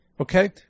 okay